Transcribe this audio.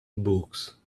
books